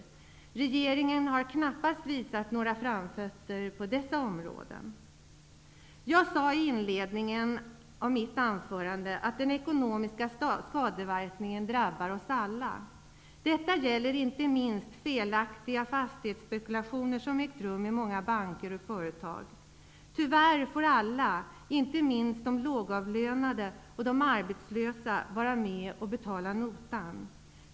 Regeringen har knappast visat några framfötter på dessa områden. Jag sade i inledningen av mitt anförande att de ekonomiska skadeverkningarna drabbar oss alla. Detta gäller inte minst de felaktiga fastighetsspekulationer som ägt rum i många banker och företag. Tyvärr får alla, inte minst de lågavlönade och de arbetslösa, vara med att betala notan.